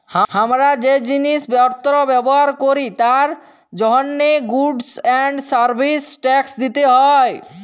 হামরা যে জিলিস পত্র ব্যবহার ক্যরি তার জন্হে গুডস এন্ড সার্ভিস ট্যাক্স দিতে হ্যয়